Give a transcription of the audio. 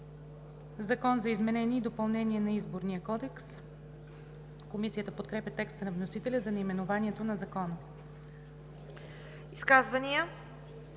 „Закон за изменение и допълнение на Изборния кодекс“. Комисията подкрепя текста на вносителя за наименованието на Закона. ПРЕДСЕДАТЕЛ